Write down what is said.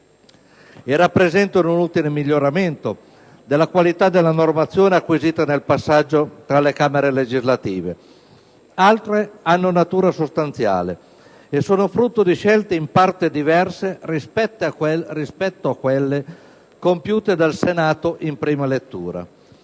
e rappresentano un utile miglioramento della qualità della normazione acquisita nel passaggio tra le Camere legislative. Altre hanno natura sostanziale e sono frutto di scelte in parte diverse rispetto a quelle compiute dal Senato in prima lettura.